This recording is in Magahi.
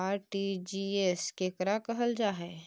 आर.टी.जी.एस केकरा कहल जा है?